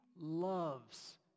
loves